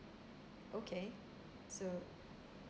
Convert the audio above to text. okay so